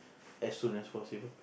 as soon as possible